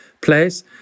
place